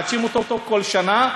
מחדשים אותו כל שנה.